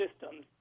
systems